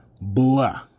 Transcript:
blah